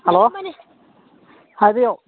hello ꯍꯥꯏꯕꯤꯔꯣ